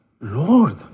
lord